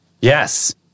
Yes